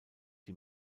die